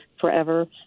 forever